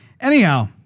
anyhow